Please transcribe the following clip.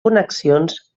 connexions